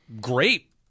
great